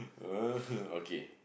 okay